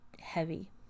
heavy